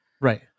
Right